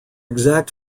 exact